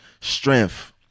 strength